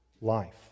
life